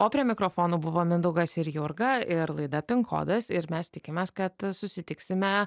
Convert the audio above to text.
o prie mikrofono buvo mindaugas ir jurga ir laida pin kodas ir mes tikimės kad susitiksime